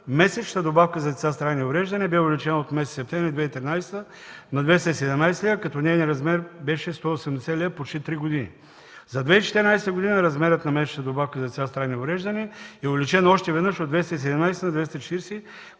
месечната добавка за деца с трайни увреждания бе увеличена от месец септември 2013 г. на 217 лв., като нейният размер беше 180 лв. почти три години. За 2014 г. размерът на месечната добавка на деца с трайни увреждания е увеличен още веднъж от 217 на 240